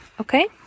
okay